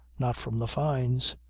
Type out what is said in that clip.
not from the fynes.